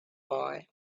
boy